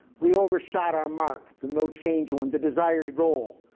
we overshot our mark, the no change one, the desired goal.